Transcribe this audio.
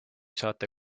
saate